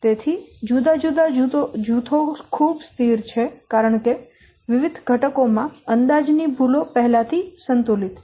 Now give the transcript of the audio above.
તેથી જુદા જુદા જૂથો ખૂબ સ્થિર છે કારણ કે વિવિધ ઘટકો માં અંદાજ ની ભૂલો પહેલા થી સંતુલિત છે